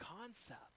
concept